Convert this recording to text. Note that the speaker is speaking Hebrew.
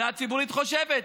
הוועדה הציבורית חושבת,